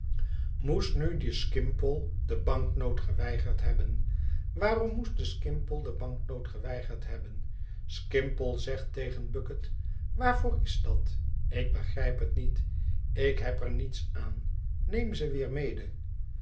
moest nu de skimpole de banknoot geweigerd hebben waarom moest de skimpole de banknoot geweigerd hebben skimpole zegt tegen bucket waarvoor is dat ik begrijp het niet ik heb er niets aan neem ze weer mede